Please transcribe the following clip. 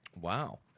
Wow